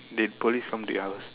did police come to your house